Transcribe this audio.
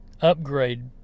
upgrade